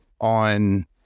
on